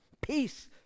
Peace